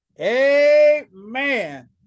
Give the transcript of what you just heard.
amen